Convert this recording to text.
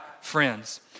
friends